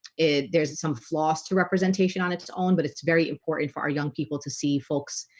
it there's some flaws to representation on its own but it's very important for our young people to see folks.